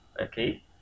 Okay